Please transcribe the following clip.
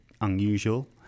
unusual